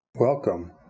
Welcome